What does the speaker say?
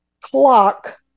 clock